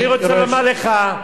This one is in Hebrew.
אני רוצה לומר לך,